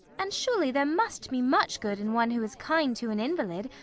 and surely there must be much good in one who is kind to an invalid,